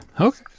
Okay